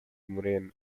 moreno